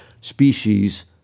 species